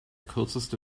kürzeste